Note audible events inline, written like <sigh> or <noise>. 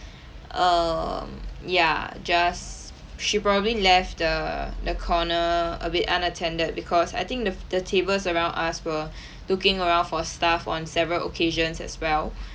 um ya just she probably left the the corner a bit unattended because I think the the tables around us were <breath> looking around for staff on several occasions as well